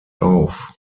auf